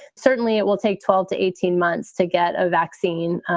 certainly it will take twelve to eighteen months to get a vaccine.